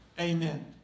amen